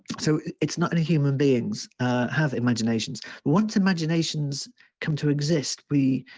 so it's not any human beings have imaginations. once imaginations come to exist, we,